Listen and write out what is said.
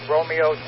Romeo